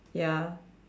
ya